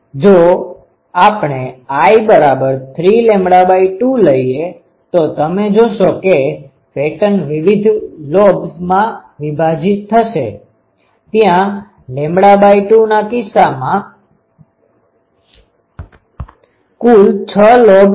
જો આપણે l3λ2 લઈએ તો તમે જોશો કે પેટર્ન વિવિધ લોબ્સમાં વિભાજીત થશે ત્યાં આ 2ના કિસ્સામાં કુલ 6 લોબ્સ છે